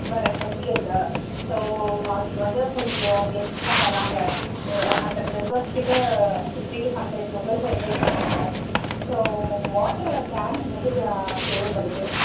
வர twenty eight so அதுக்கு வந்து கொஞ்சம் கெஸ்ட்டு எல்லாம் வராங்க ஒரு ஹண்ட்ரட் மெம்பர்ஸ் கிட்ட ஃபிஃப்ட்டி டூ ஹண்ட்ரட் மெம்பர்ஸை இன்வைட் பண்ணி இருக்கோம் ஸோ வாட்டரு கேன் வந்து தேவைப்படுது